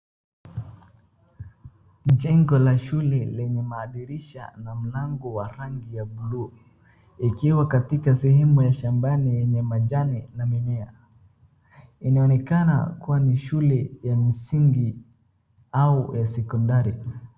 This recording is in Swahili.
Jengo la shule lenye madirisha na mlango wa rangi ya buluu ikiwa katika sehemu ya shambani yenye majani na mimea. Inaonekana kuwa ni shule ya msingi au ya sekondari.